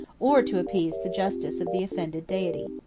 or to appease the justice of the offended deity.